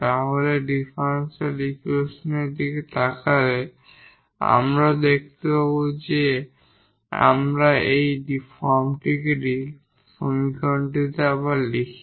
তাহলে ডিফারেনশিয়াল ইকুয়েশনের দিকে তাকালে আমরাও দেখতে পাব যে যদি আমরা এই ফর্মটিতে এই সমীকরণটি আবার লিখি